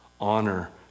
honor